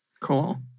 Cool